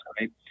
right